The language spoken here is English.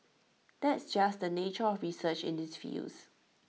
that's just the nature of research in these fields